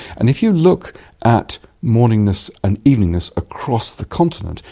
and if you look at morningness and eveningness across the continent,